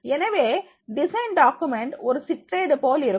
எனவே design document ஒரு சிற்றேடு போல் இருக்கும்